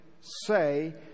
say